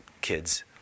kids